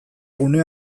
gune